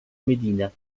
medina